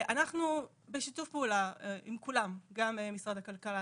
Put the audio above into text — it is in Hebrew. אנחנו בשיתוף פעולה עם כולם - גם משרד הכלכלה,